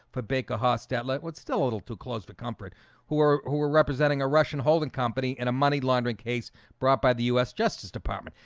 but baker hostetler what's still a little too close for comfort who were who were representing a russian holding company in and a money-laundering case brought by the us justice department?